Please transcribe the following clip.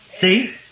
See